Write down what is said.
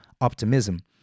optimism